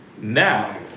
Now